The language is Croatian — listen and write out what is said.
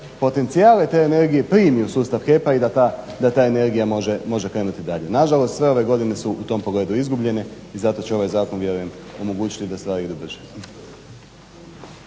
potencijale te energije primi u sustav HEP-a i da ta energija može krenuti dalje. Nažalost sve ove godine su u tom pogledu izgubljene i zato će ovaj zakon vjerujem omogućiti da stvari idu brže.